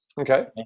Okay